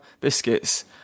biscuits